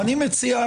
אני מציע,